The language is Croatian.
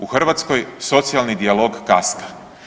U Hrvatskoj socijalni dijalog kaska.